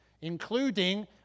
including